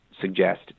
suggest